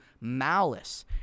malice